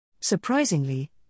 Surprisingly